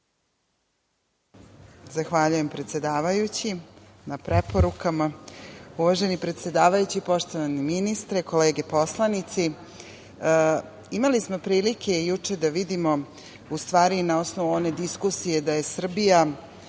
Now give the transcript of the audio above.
Zahvaljujem predsedavajući na preporukama. Uvaženi predsedavajući, poštovani ministre, kolege poslanici, imali smo prilike juče da vidimo na osnovu one diskusije da je Srbija